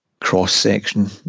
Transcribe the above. cross-section